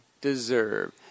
deserve